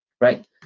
Right